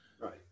right